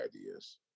ideas